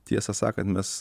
tiesą sakant mes